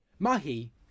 Mahi